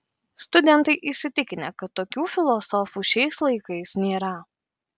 studentai įsitikinę kad tokių filosofų šiais laikais nėra